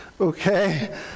Okay